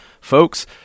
folks